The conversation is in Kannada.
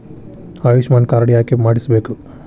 ಆಯುಷ್ಮಾನ್ ಕಾರ್ಡ್ ಯಾಕೆ ಮಾಡಿಸಬೇಕು?